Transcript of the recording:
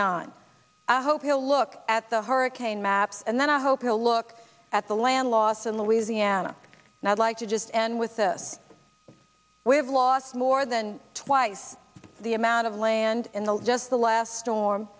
nine i hope you'll look at the hurricane maps and then i hope you'll look at the land loss and louisiana now i'd like to just end with this we have lost more than twice the amount of land in the dust the last storm